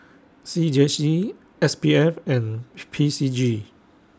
C J C S P F and P C G